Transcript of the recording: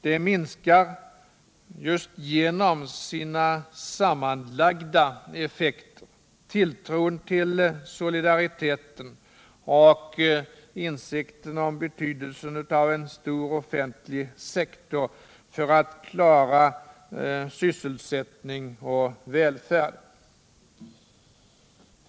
De minskar just genom sina sammanlagda effekter tilltron till solidariteten och insikten om betydelsen av en stor offentlig sektor för att klara sysselsättning och välfärd.